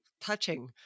touching